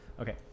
Okay